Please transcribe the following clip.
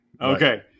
Okay